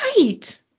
Right